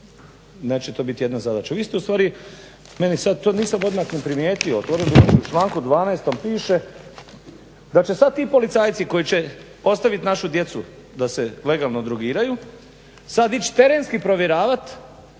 Neće to biti jedna zadaća. Vi ste u stvari meni sad, to nisam odmah ni primijetio, to ovdje u članku 12. piše da će sad ti policajci koji će ostavit našu djecu da se legalno drogiraju sad ići terenski provjeravat